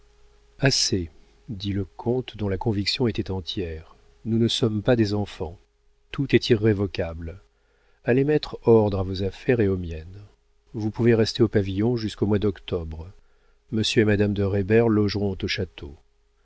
assez dit le comte dont la conviction était entière nous ne sommes pas des enfants tout est irrévocable allez mettre ordre à vos affaires et aux miennes vous pouvez rester au pavillon jusqu'au mois d'octobre monsieur et madame de reybert logeront au château